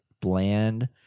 bland